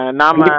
nama